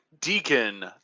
Deacon